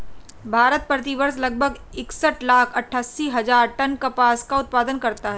भारत, प्रति वर्ष लगभग इकसठ लाख अट्टठासी हजार टन कपास का उत्पादन करता है